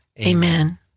Amen